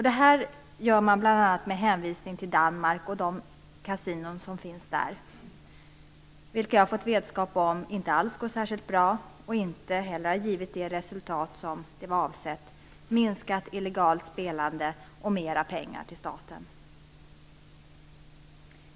Detta gör man bl.a. med hänvisning till Danmark och de kasinon som finns där, vilka jag har fått vetskap om inte alls går särskilt bra och inte heller har givit de resultat som var avsett, dvs. minskat illegalt spelande och mera pengar till staten.